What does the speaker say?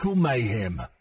Mayhem